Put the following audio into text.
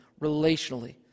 relationally